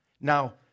Now